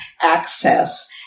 access